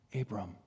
Abram